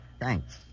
Thanks